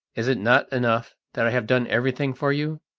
is it not enough that i have done everything for you,